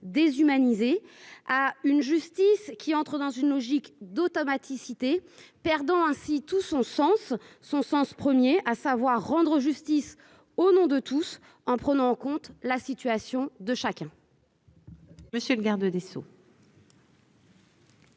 déshumanisé à une justice qui entrent dans une logique d'automaticité, perdant ainsi tout son sens, son sens 1er à savoir rendre justice au nom de tous en prenant en compte la situation de chacun.